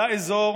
לאזור